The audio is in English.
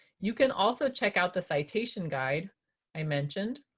you can also check out the citation guide i mentioned